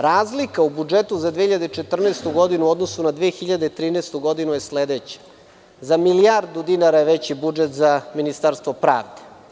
Razlika u budžetu za 2014. godinu u odnosu na 2013. godinu je sledeća, za milijardu dinara je veći budžet za Ministarstvo pravde.